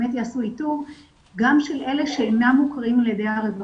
באמת יעשו איתור של גם של אלה שאינם מוכרים על ידי הרווחה,